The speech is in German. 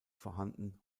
vorhanden